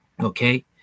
okay